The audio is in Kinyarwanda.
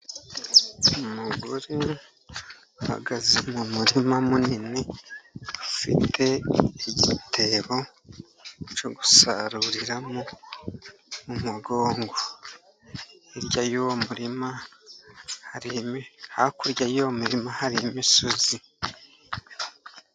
Umugore ahagaze mu murima munini afite igitebo cyo gusaruriramo mu umugongo. Hakurya y'uwo murima hari imisozi.